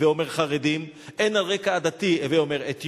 הווי אומר חרדים,